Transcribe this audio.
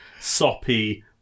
soppy